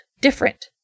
Different